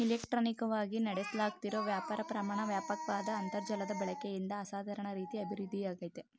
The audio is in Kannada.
ಇಲೆಕ್ಟ್ರಾನಿಕವಾಗಿ ನಡೆಸ್ಲಾಗ್ತಿರೋ ವ್ಯಾಪಾರ ಪ್ರಮಾಣ ವ್ಯಾಪಕ್ವಾದ ಅಂತರ್ಜಾಲದ ಬಳಕೆಯಿಂದ ಅಸಾಧಾರಣ ರೀತಿ ಅಭಿವೃದ್ಧಿಯಾಗಯ್ತೆ